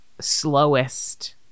slowest